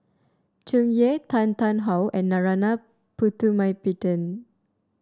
Tsung Yeh Tan Tarn How and Narana Putumaippittan